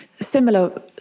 similar